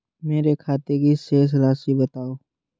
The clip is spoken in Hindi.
मेरे खाते की शेष राशि बताओ?